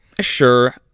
Sure